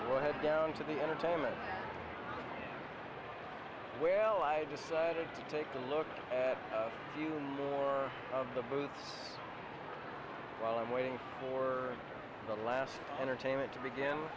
or head down to the entertainment well i decided to take a look at more of the book while i'm waiting for the last entertainment to begin